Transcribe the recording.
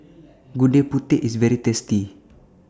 Gudeg Putih IS very tasty